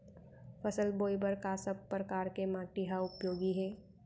फसल बोए बर का सब परकार के माटी हा उपयोगी हे?